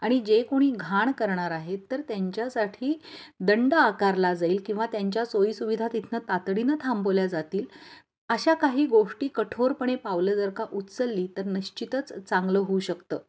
आणि जे कोणी घाण करणार आहेत तर त्यांच्यासाठी दंड आकारला जाईल किंवा त्यांच्या सोईसुविधा तिथनं तातडीनं थांबवल्या जातील अशा काही गोष्टी कठोरपणे पावलं जर का उचलली तर निश्चितच चांगलं होऊ शकतं